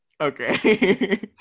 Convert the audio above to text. Okay